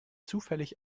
zufällig